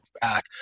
back